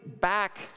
back